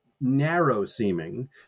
narrow-seeming